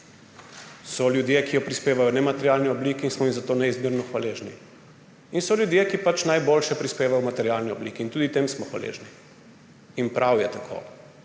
So ljudje, ki jo prispevajo v nematerialni obliki in smo jim zato neizmerno hvaležni, in so ljudje, ki pač najboljše prispevajo v materialni obliki. In tudi tem smo hvaležni in prav je tako.